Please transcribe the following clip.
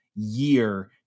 year